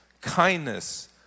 kindness